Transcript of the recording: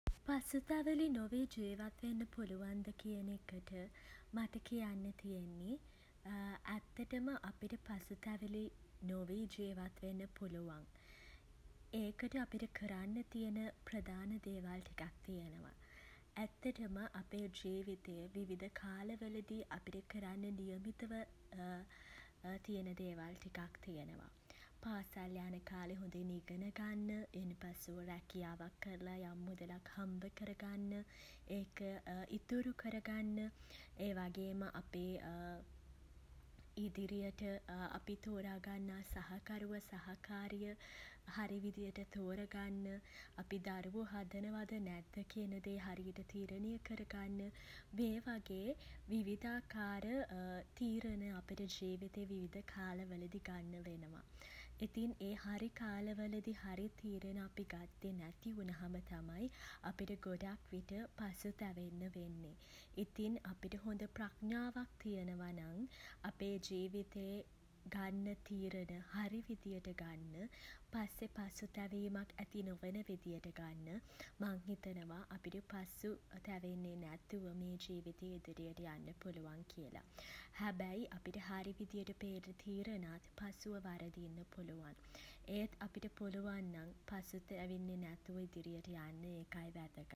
පසුතැවිලි නොවී ජීවත් වෙන්න පුලුවන්ද කියන එකට මට කියන්න තියෙන්නේ ඇත්තටම අපිට පසුතැවිලි නොවී ජීවත් වෙන්න පුළුවන්. ඒකට අපිට කරන්න තියෙන ප්‍රධාන දේවල් ටිකක් තියෙනවා. ඇත්තටම අපේ ජීවිතේ විවිධ කාල වලදී අපිට කරන්න නියමිතව තියෙන දේවල් ටිකක් තියෙනවා. පාසල් යන කාලේ හොඳින් ඉගෙන ගන්න ඊට පස්සේ හොඳ රැකියාවක් කරලා යම් මුදලක් හම්බ කරගන්න ඒක ඉතුරු කරගන්න. ඒ වගේම අපේ ඉදිරියට අපි තෝරා ගන්නා සහකරුව සහකාරිය හරි විදියට තෝර ගන්න අපි දරුවො හදනවද නැද්ද කියන දේ හරියට තීරණය කරගන්න මේ වගේ විවිධාකාර තීරණ අපිට ජීවිතේ විවිධ කාල වලදී ගන්න වෙනවා. ඉතින් ඒ හරි කාලවලදී හරි තීරණ අපි ගත්තේ නැති වුණාම තමයි අපිට ගොඩක් විට පසුතැවෙන්න වෙන්නේ. ඉතින් අපිට හොඳ ප්‍රඥාවක් තියෙනවා නම් අපේ ජීවිතේ ගන්න තීරණ හරි විදියට ගන්න පස්සෙ පසුතැවීමක් ඇති නොවන විදියට ගන්න මං හිතනවා අපිට පසු තැවෙන්නේ නැතුව මේ ජීවිතේ ඉදිරියට යන්න පුළුවන් කියලා. හැබැයි අපිට හරි විදියට පේන තීරණත් පසුව වරදින්න පුළුවන්. ඒත් අපිට පුළුවන් නම් පසු තැවෙන්නේ නැතුව ඉදිරියට යන්න ඒකයි වැදගත්.